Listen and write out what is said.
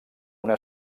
una